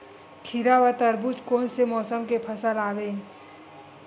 खीरा व तरबुज कोन से मौसम के फसल आवेय?